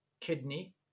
kidney